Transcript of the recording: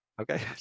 Okay